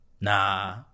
nah